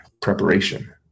preparation